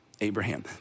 Abraham